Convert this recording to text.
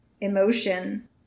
Emotion